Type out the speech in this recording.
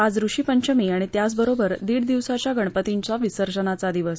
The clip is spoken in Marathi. आज ऋषीपंचमी आणि त्याच बरोबर दीड दिवसाच्या गणतींच्या विसर्जनाचा दिवस